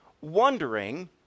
wondering